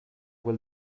quel